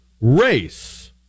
race